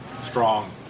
strong